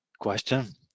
question